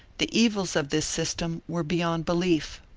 the evils of this system were beyond belief.